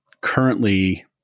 currently